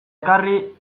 ekarri